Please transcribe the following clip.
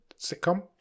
sitcom